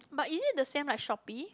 but is it the same like Shopee